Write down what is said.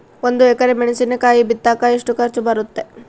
ಒಂದು ಎಕರೆ ಮೆಣಸಿನಕಾಯಿ ಬಿತ್ತಾಕ ಎಷ್ಟು ಖರ್ಚು ಬರುತ್ತೆ?